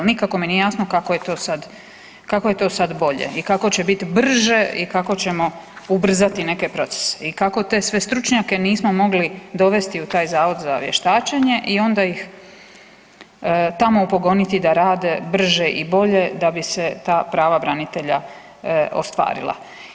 Nikako mi nije jasno kako je to sad bolje i kako će biti brže i kako ćemo ubrzati neke procese i kako sve te stručnjake nismo mogli dovesti u taj Zavod za vještačenje i onda ih tamo upogoniti da rade brže i bolje da bi se ta prava branitelja ostvarila.